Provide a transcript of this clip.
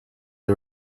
the